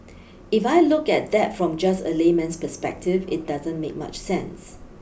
if I look at that from just a layman's perspective it doesn't make much sense